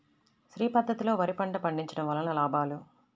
శ్రీ పద్ధతిలో వరి పంట పండించడం వలన లాభాలు?